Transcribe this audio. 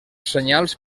senyals